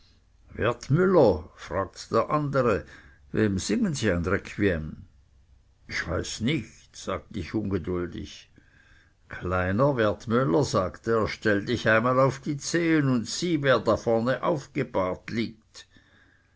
fragt der andere wem singen sie ein requiem ich weiß nicht sag ich ungeduldig kleiner wertmüller sagt er stell dich einmal auf die zehen und sieh wer da vorn aufgebahrt liegt